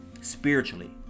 spiritually